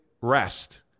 rest